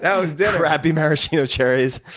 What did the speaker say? so yeah crappy maraschino cherries.